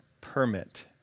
permit